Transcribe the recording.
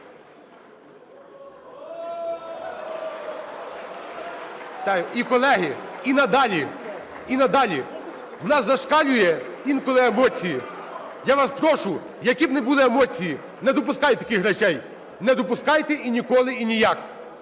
Колеги, і надалі, і надалі – у нас зашкалюють інколи емоції. Я вас прошу, які б не були емоції, не допускайте такий речей. Не допускайте і ніколи, і ніяк.